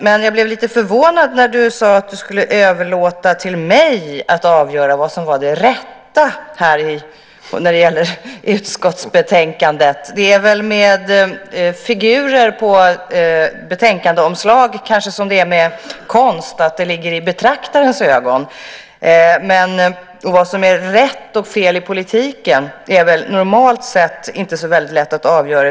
Men jag blev lite förvånad när du sade att du skulle överlåta till mig att avgöra vad som var det rätta när det gäller utskottsbetänkandet. Det är väl med figurer på betänkandeomslag som det är med konst, att upplevelsen ligger i betraktarens ögon. Vad som är rätt och fel i politiken är väl normalt sett inte så lätt att avgöra.